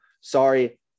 sorry